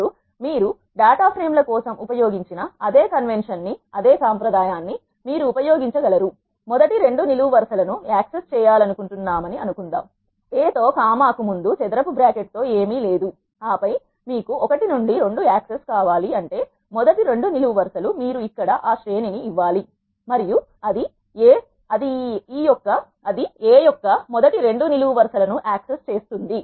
ఇప్పుడు మీరు data frame ల కోసం ఉపయోగించిన అదే కన్వెన్షన్ ను మీరు ఉపయోగించగల మొదటి రెండు నిలువు వరుస ల ను యాక్సెస్ చేయాలనుకుంటున్నామని అనుకుందాంA తో కామా కు ముందు చదరపు బ్రాకెట్ తో ఏమీ లేదు ఆపై మీకు 1 నుండి 2 యాక్సెస్ కావాలి అంటే మొదటి రెండు నిలువు వరు సలు మీరు ఇక్కడ ఆ శ్రేణినిఇవ్వాలి మరియు అదిA అది ఈ యొక్క మొదటి రెండు నిలువు వరుస ల ను యాక్సెస్ చేస్తుంది